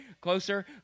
closer